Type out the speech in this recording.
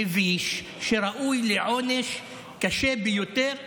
מביש, שראוי לעונש קשה ביותר.